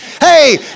Hey